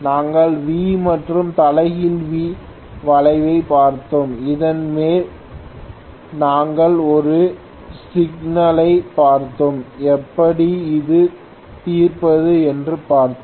நாங்கள் V மற்றும் தலைகீழ் V வளைவைப் பார்த்தோம் அதன் மேல் நாங்கள் ஒரு சிக்கலைப் பார்த்தோம் எப்படி அதை தீர்ப்பது என்றும் பார்த்தோம்